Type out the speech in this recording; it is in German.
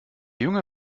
junge